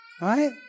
Right